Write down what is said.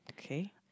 okay